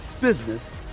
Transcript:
business